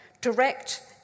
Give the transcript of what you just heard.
direct